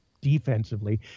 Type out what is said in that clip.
defensively